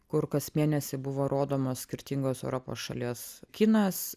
kur kas mėnesį buvo rodomas skirtingos europos šalies kinas